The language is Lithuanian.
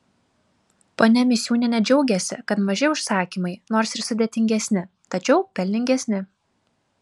ponia misiūnienė džiaugiasi kad maži užsakymai nors ir sudėtingesni tačiau pelningesni